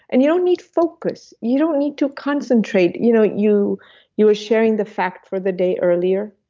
and you don't need focus, you don't need to concentrate. you know you you were sharing the fact for the day earlier